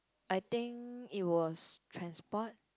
I think it was transport